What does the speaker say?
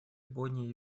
бонне